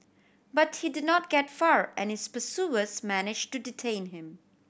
but he did not get far and his pursuers manage to detain him